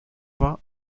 vingt